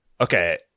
Okay